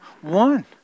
one